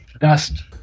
dust